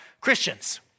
Christians